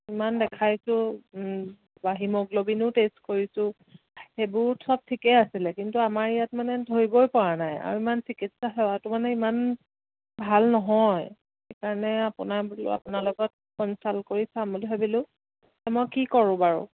ইমান দেখাইছোঁ বা হিমগ্লবিনো টেষ্ট কৰিছোঁ সেইবোৰ সব ঠিকেই আছিলে কিন্তু আমাৰ ইয়াত মানে ধৰিবই পৰা নাই আৰু ইমান চিকিৎসা সেৱাটো মানে ইমান ভাল নহয় সেইকাৰণে আপোনাৰ বোলো আপোনাৰ লগত কনচাল কৰি চাম বুলি ভাবিলোঁ মই কি কৰোঁ বাৰু